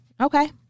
Okay